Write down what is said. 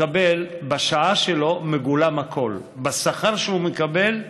בשעה שלו מגולם הכול, בשכר שהוא מקבל,